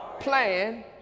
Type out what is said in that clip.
plan